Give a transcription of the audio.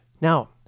Now